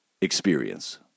experience